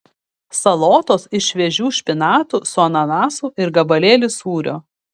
salotos iš šviežių špinatų su ananasu ir gabalėlis sūrio